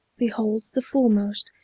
behold the foremost,